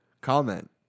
comment